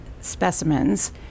specimens